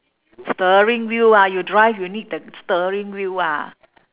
steering wheel ah you drive you need the steering wheel ah